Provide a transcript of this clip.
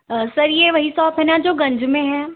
sir यह वही सॉप है न जो गंज में हैं